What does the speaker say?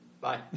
Bye